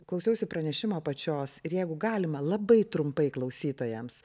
klausiausi pranešimo pačios ir jeigu galima labai trumpai klausytojams